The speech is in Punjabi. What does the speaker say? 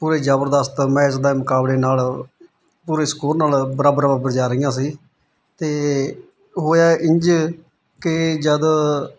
ਪੂਰੇ ਜਬਰਦਸਤ ਮੈਚ ਦੇ ਮੁਕਾਬਲੇ ਨਾਲ ਪੂਰੇ ਸਕੋਰ ਨਾਲ ਬਰਾਬਰ ਬਰਾਬਰ ਜਾ ਰਹੀਆਂ ਸੀ ਅਤੇ ਹੋਇਆ ਇੰਝ ਕਿ ਜਦੋਂ